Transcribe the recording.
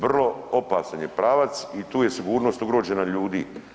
Vrlo opasan je pravac i tu je sigurnost ugrožena ljudi.